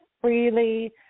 freely